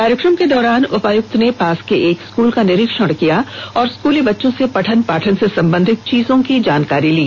कार्यक्रम के दौरान उपायुक्त ने पास के एक स्कूल का निरीक्षण किया और स्कूली बच्चों से पठन पाठन से संबंधित चीजों की जानकारी ली